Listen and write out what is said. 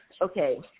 okay